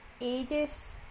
ages